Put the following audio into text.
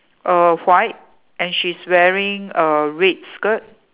err white and she's wearing a red skirt